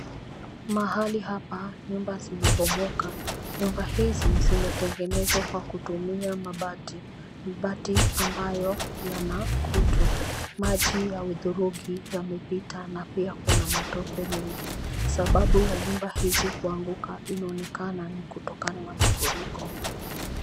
Mahali hapa, nyumba zimebomoka. Nyumba hizi zimetengenezwa kwa kutumia mabati, mabati ambayo yana kutu. Maji ya hudhurungi yamepita na pia kuna matope mengi, sababu ya nyumba hizi kuanguka inaonekana ni kutokana na mafuriko.